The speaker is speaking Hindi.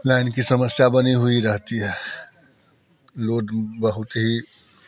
लाइन की समस्या बनी हुई रहती है लोड बहुत ही